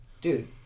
dude